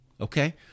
okay